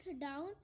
down